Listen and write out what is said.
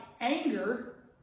anger